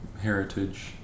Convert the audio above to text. heritage